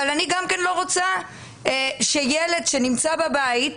ואני גם לא רוצה שילד שנמצא בבית,